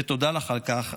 ותודה לך על כך,